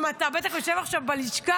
אתה בטח יושב עכשיו בלשכה,